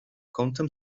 kątem